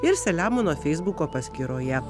ir selemono feisbuko paskyroje